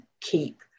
keep